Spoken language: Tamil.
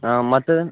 ஆ மற்ற